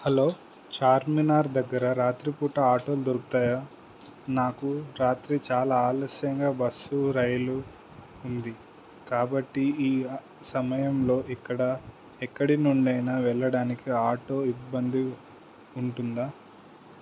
hello Charminar దగ్గర రాత్రిపూట auto దొరుకుతాయా నాకు రాత్రి చాలా ఆలస్యంగా బస్సు రైలు ఉంది కాబట్టి ఈ సమయంలో ఇక్కడ ఎక్కడి నుండైనా వెళ్ళడానికి ఆటో ఇబ్బంది ఉంటుందా